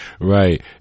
right